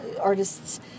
artists